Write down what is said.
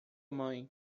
mãe